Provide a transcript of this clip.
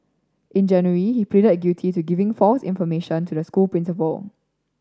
in January he pleaded guilty to giving false information to the school principal